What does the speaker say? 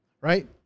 Right